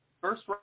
first